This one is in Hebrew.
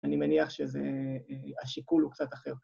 אני מניח שהשיקול הוא קצת אחר.